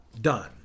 done